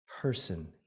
person